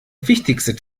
wichtigste